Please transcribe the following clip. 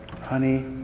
honey